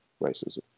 racism